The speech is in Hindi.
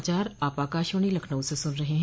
यह समाचार आप आकाशवाणी लखनऊ से सुन रहे हैं